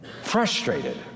Frustrated